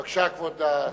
בבקשה, כבוד השר.